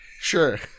Sure